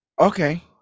Okay